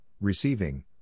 receiving